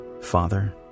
father